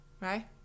right